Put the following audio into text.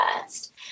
first